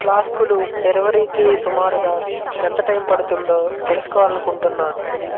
ఫ్లాస్కులు డెలివరీకి సుమారుగా ఎంత టైం పడుతుందో తెలుసుకోవాలనుకుంటున్నాను